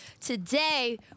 today